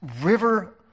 river